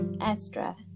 Astra